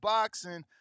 Boxing